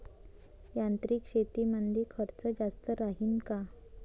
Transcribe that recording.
यांत्रिक शेतीमंदील खर्च जास्त राहीन का?